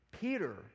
Peter